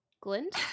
Glint